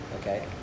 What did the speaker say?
okay